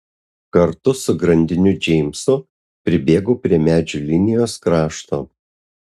kartu su grandiniu džeimsu pribėgau prie medžių linijos krašto